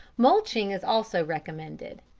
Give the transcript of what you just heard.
mulching is also recommended.